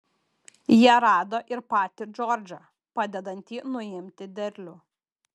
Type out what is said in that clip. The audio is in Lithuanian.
jie rado ir patį džordžą padedantį nuimti derlių